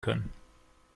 können